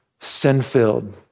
sin-filled